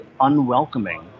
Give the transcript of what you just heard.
unwelcoming